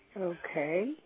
okay